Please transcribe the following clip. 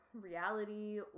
reality